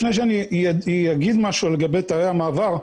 לפני שאני אגיד משהו לגבי תאי המעבר,